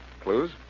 Clues